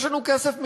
יש לנו כסף מיותר,